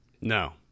No